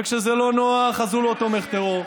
וכשזה לא נוח אז הוא לא תומך טרור.